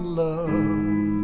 love